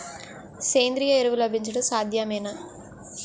సేంద్రీయ ఎరువులు లభించడం సాధ్యమేనా?